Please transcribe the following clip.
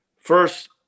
first